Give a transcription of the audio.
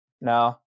No